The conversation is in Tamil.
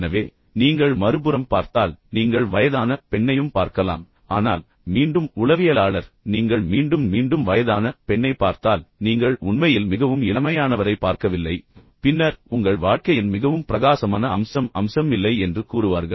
எனவே நீங்கள் மறுபுறம் பார்த்தால் நீங்கள் வயதான பெண்ணையும் பார்க்கலாம் ஆனால் மீண்டும் உளவியலாளர் நீங்கள் மீண்டும் மீண்டும் வயதான பெண்ணைப் பார்த்தால் நீங்கள் உண்மையில் மிகவும் இளமையானவரை பார்க்கவில்லை பின்னர் உங்கள் வாழ்க்கையின் மிகவும் பிரகாசமான அம்சம் அம்சம் இல்லை என்று கூறுவார்கள்